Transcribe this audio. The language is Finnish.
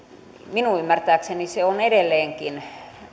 minun ymmärtääkseni se vähenemä on edelleenkin